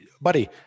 Buddy